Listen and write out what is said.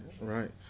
right